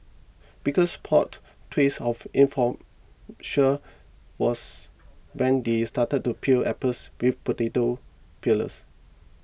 biggest plot twist of was when they started to peel apples with potato peelers